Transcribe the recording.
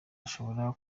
ashobora